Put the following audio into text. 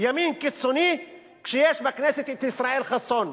ימין קיצוני כשיש בכנסת את ישראל חסון,